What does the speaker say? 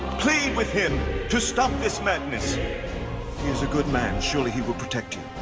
plead with him to stop this madness. he is a good man, surely he will protect you.